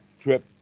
trip